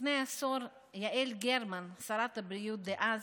לפני עשור יעל גרמן, שרת הבריאות דאז,